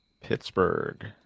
Pittsburgh